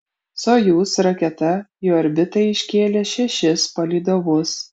sojuz raketa į orbitą iškėlė šešis palydovus